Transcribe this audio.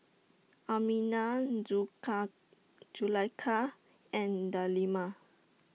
Aminah Zulaikha and Delima